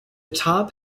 top